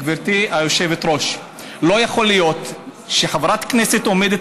גברתי היושבת-ראש: לא יכול להיות שחברת כנסת עומדת